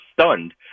stunned